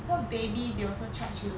so baby they also charge you